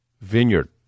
vineyard